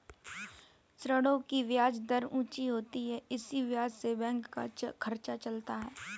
ऋणों की ब्याज दर ऊंची होती है इसी ब्याज से बैंक का खर्चा चलता है